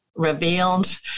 revealed